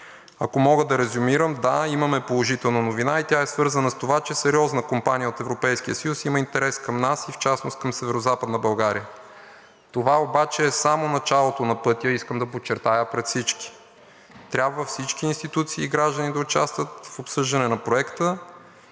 Ако мога да резюмирам, да, имаме положителна новина, и тя е свързана с това, че сериозна компания от Европейския съюз има интерес към нас, и в частност към Северозападна България. Това обаче е само началото на пътя, искам да подчертая пред всички. Трябва всички институции и граждани да участват в обсъждане на проекта